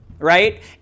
right